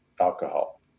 alcohol